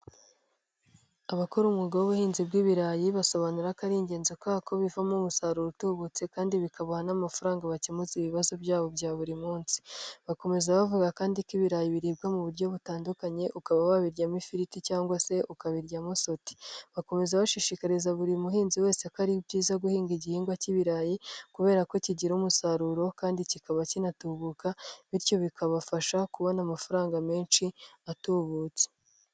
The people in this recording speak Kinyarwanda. Abakora umwuga w'ubuhinzi bw'ibirayi basobanura ko ari ingenzi kako bivamo umusaruro utubutse kandi bikabaha n'amafaranga bakemuza ibibazo byabo bya buri munsi, bakomeza bavuga kandi ko ibirayi biribwa mu buryo butandukanye ukaba wabiryamo ifiriti cyangwa se ukabiryamo sote, bakomeza bashishikariza buri muhinzi wese ko ari byiza guhinga igihingwa cy'ibirayi kubera ko kigira umusaruro kandi kikaba kinatubukaka bityo bikabafasha kubona amafaranga menshi atubutse.